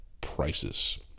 prices